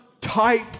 type